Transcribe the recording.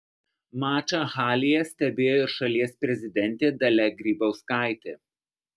mačą halėje stebėjo ir šalies prezidentė dalia grybauskaitė